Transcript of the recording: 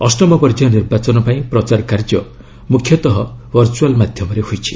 ଅଷ୍ଟମ ପର୍ଯ୍ୟାୟ ନିର୍ବାଚନ ପାଇଁ ପ୍ରଚାର କାର୍ଯ୍ୟ ମୁଖ୍ୟତଃ ଭର୍ଚୁଆଲ୍ ମାଧ୍ୟମରେ ହୋଇଛି